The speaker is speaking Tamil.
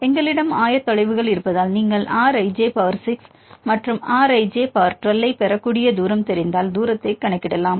எங்களிடம் ஆயத்தொலைவுகள் இருப்பதால் நீங்கள் எளிதாக R i 6 மற்றும் R i 12 ஐப் பெறக்கூடிய தூரம் தெரிந்தால் தூரத்தைக் கணக்கிடலாம்